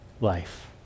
life